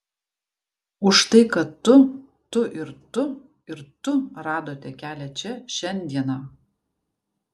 už tai kad tu tu ir tu ir tu radote kelią čia šiandieną